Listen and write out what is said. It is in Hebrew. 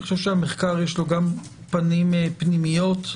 למחקר יש גם פנים פנימיות.